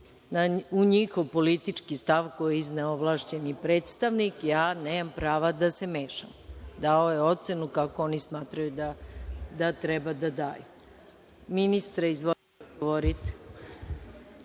U njihov politički stav koji je izneo ovlašćeni predstavnik, ja nemam pravo da se mešam. Dao je ocenu kako oni smatraju da treba da daju. Ministre izvolite, odgovorite.